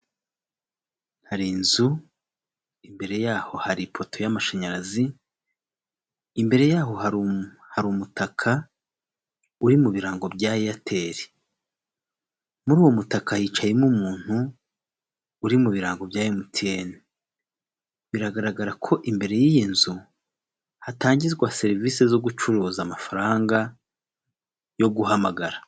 Hari inzu imbere yaho hari ipoto y'amashanyarazi. Imbere yaho hari harimutaka uri mu birango bya eyateri. Muri uwo mutaka yicayemo umuntu uri mu birango bya emutiyene. Biragaragara ko imbere y'iyo nzu hatangirwazwa serivisi zo gucuruza amafaranga yo guhamagara.